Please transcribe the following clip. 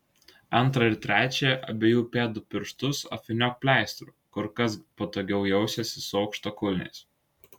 antrą ir trečią abiejų pėdų pirštus apvyniok pleistru kur kas patogiau jausiesi su aukštakulniais